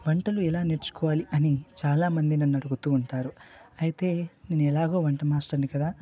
వంటలు ఎలా నేర్చుకోవాలి అని చాలామంది నన్ను అడుగుతు ఉంటారు అయితే నేను ఎలాగో వంట మాస్టర్ని కదా